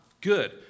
good